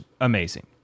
amazing